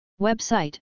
Website